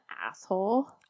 asshole